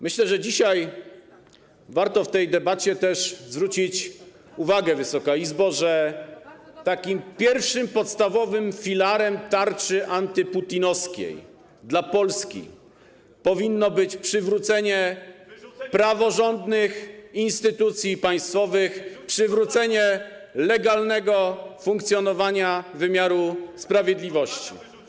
Myślę, że dzisiaj, podczas tej debaty warto zwrócić uwagę, Wysoka Izbo, że takim pierwszym podstawowym filarem tarczy antyputinowskiej dla Polski powinno być przywrócenie praworządnych instytucji państwowych, przywrócenie legalnego funkcjonowania wymiaru sprawiedliwości.